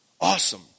awesome